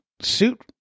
suit